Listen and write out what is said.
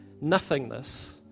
nothingness